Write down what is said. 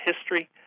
history